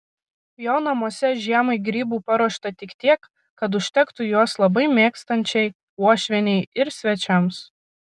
jo namuose žiemai grybų paruošta tik tiek kad užtektų juos labai mėgstančiai uošvienei ir svečiams